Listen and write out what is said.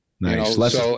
Nice